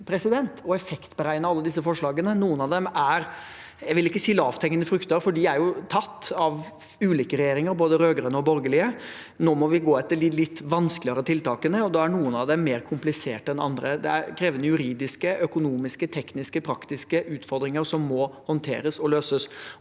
å effektberegne alle disse forslagene. Jeg vil ikke si at noen er lavthengende frukter, for de er tatt av ulike regjeringer, både rød-grønne og borgerlige. Nå må vi gå etter de litt vanskeligere tiltakene, og da er noen av dem mer kompliserte enn andre. Det er krevende juridiske, økonomiske, tekniske og praktiske utfordringer som må håndteres og løses.